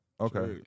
Okay